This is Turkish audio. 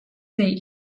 değil